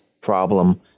problem